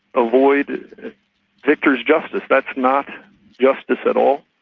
avoid victor's justice, that's not justice at all.